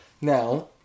Now